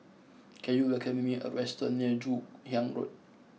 can you recommend me a restaurant near Joon Hiang Road